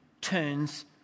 turns